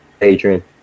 Adrian